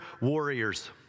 warriors